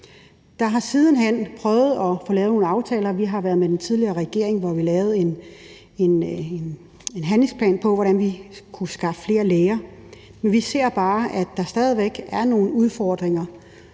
Der er siden hen blevet forsøgt lavet nogle aftaler. Vi har været med, hvor vi sammen med den tidligere regering lavede en handlingsplan for, hvordan vi kunne skaffe flere læger. Men vi ser bare, at der stadig væk er nogle udfordringer.